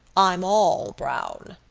i'm all brown.